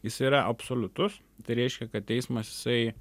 jis yra absoliutus tai reiškia kad teismas jisai